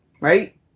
Right